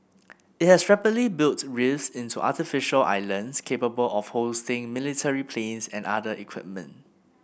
it has rapidly built reefs into artificial islands capable of hosting military planes and other equipment